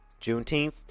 Juneteenth